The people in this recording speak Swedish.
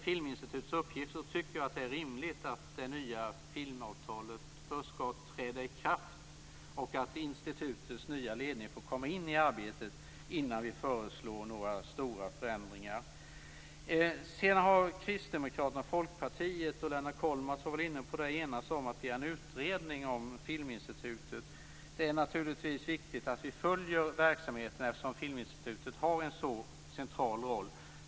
Jag tycker att det är rimligt att det nya filmavtalet först ska träda i kraft och att Filminstitutets nya ledning får komma in i arbetet innan vi föreslår några stora förändringar. Kollmats var inne på det - har enats om att begära en utredning om Filminstitutet. Det är naturligtvis viktigt att vi följer verksamheten, eftersom Filminstitutet har en så central roll.